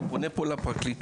אני פונה פה לפרקליטות.